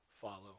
follow